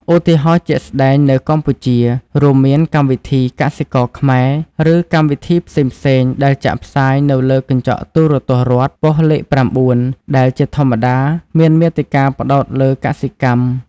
ឧទាហរណ៍ជាក់ស្ដែងនៅកម្ពុជា រួមមានកម្មវិធី កសិករខ្មែរ ឬកម្មវិធីផ្សេងៗដែលចាក់ផ្សាយនៅលើកញ្ចក់ទូរទស្សន៍រដ្ឋ ប៉ុស្តិ៍លេខ៩ដែលជាធម្មតាមានមាតិកាផ្តោតលើកសិកម្ម។